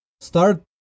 start